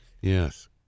Yes